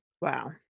Wow